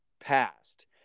past